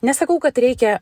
nesakau kad reikia